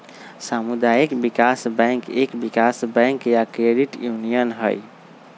सामुदायिक विकास बैंक एक विकास बैंक या क्रेडिट यूनियन हई